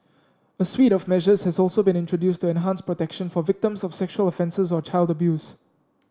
a suite of measures has also been introduced to enhance protection for victims of sexual offences or child abuse